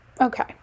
Okay